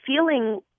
feeling